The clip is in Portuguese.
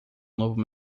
novo